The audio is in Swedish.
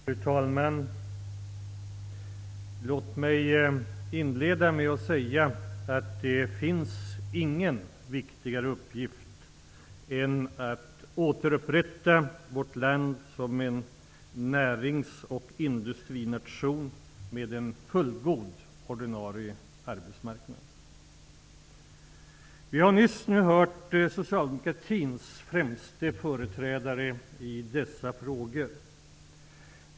Fru talman! Låt mig inleda med att säga att det inte finns någon viktigare uppgift än att återupprätta vårt land som en närings och industrination med en fullgod ordinarie arbetsmarknad. Vi har nyss hört socialdemokratins främsta företrädare i dessa frågor.